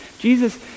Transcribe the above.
Jesus